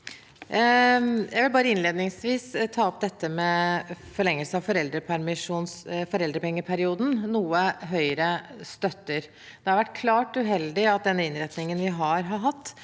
Jeg vil innled- ningsvis ta opp dette med forlengelse av foreldrepengeperioden, noe Høyre støtter. Det har vært klart uheldig at den innretningen vi har hatt,